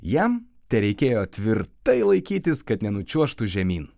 jam tereikėjo tvirtai laikytis kad nenučiuožtų žemyn